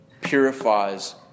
purifies